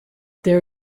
there